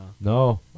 No